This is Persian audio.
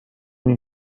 این